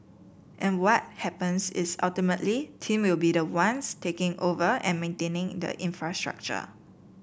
and what happens is ultimately team will be the ones taking over and maintaining the infrastructure